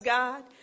God